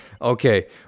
okay